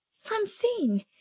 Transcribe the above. Francine